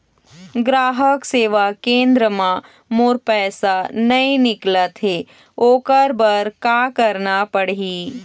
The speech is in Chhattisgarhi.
ग्राहक सेवा केंद्र म मोर पैसा नई निकलत हे, ओकर बर का करना पढ़हि?